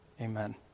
Amen